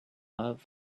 love